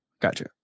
Gotcha